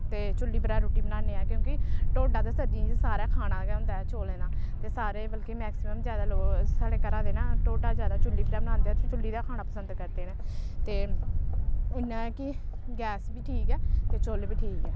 ते चु'ल्ली पर गै रुट्टी बनान्ने आं क्योंकि ढोडा ते सर्दियें च सारें खाना गै होंदा ऐ चौलें दा ते सारे मतलब कि मैक्सिमम जैदा लोग साढ़े घरा दे ना ढोडा जैदा चु'ल्ली पर गै बनांदे चु'ल्ली दा गै खाना पसंद करदे न ते इ'यां ऐ कि गैस बी ठीक ऐ ते चु'ल्ल बी ठीक ऐ